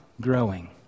growing